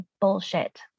bullshit